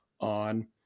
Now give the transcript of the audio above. on